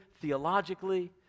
theologically